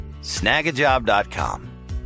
Snagajob.com